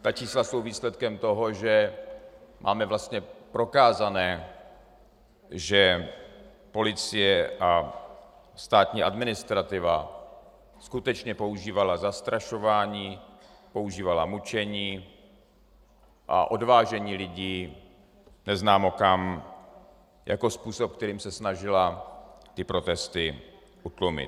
Ta čísla jsou výsledkem toho, že máme vlastně prokázané, že policie a státní administrativa skutečně používala zastrašování, používala mučení a odvážení lidí neznámo kam jako způsob, kterým se snažila ty protesty utlumit.